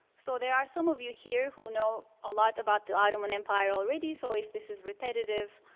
so, there are some of you here who know a lot about the ottoman empire already. so if this is repetitive,